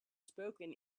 spoken